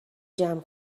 جمع